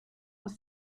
aus